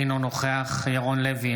אינו נוכח ירון לוי,